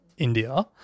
India